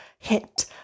hit